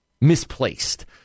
misplaced